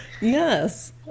Yes